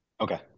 Okay